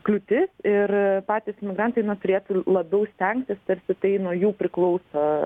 kliūtis ir patys imigrantai nuo prietarų labiau stengtis tarsi tai nuo jų priklauso